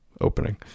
opening